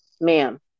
Ma'am